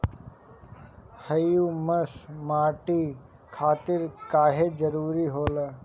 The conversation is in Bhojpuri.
ह्यूमस माटी खातिर काहे जरूरी होला?